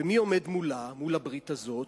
ומי עומד מולה, מול הברית הזאת?